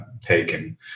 taken